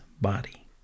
body